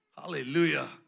Hallelujah